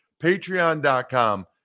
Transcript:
Patreon.com